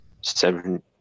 seven